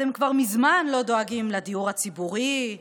אתם כבר מזמן לא דואגים לדיור הציבורי,